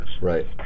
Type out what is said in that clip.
right